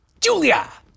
Julia